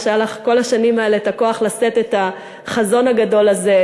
שהיה לך כל השנים האלה הכוח לשאת את החזון הגדול הזה,